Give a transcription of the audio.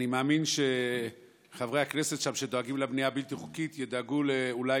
מאמין שחברי הכנסת שם שדואגים לבנייה הבלתי-חוקית ידאגו אולי